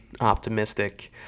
optimistic